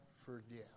forgive